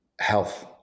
health